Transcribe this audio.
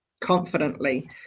confidently